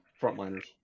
Frontliners